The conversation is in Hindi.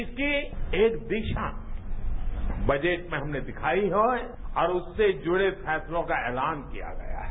इसकी एक दिशा बजट में हमनें दिखाई है और उससे जुड़े फैंसलों का ऐलान किया गया है